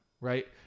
right